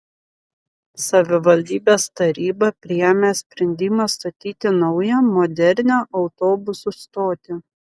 savivaldybės taryba priėmė sprendimą statyti naują modernią autobusų stotį